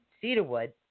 cedarwood